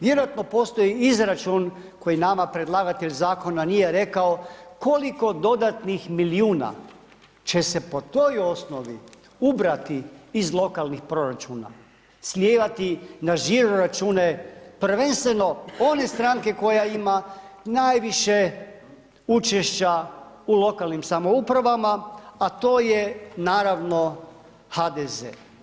Vjerojatno postoji izračun koji nama predlagatelj zakona nije rekao koliko dodatnih milijuna će se po toj osnovi ubrati iz lokalnih proračuna, slijevati na žiroračune prvenstveno one stranke koja ima najviše učešća u lokalnim samoupravama a to je naravno HDZ.